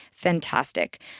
Fantastic